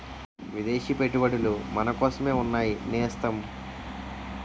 విదేశీ పెట్టుబడులు మనకోసమే ఉన్నాయి నేస్తం